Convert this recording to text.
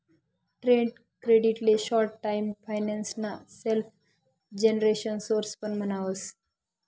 trade credit ले short term finance ना self generation source पण म्हणावस